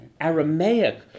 Aramaic